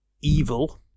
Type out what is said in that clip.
evil